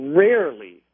rarely